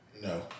No